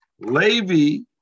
Levi